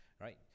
right